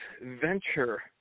venture